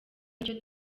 icyo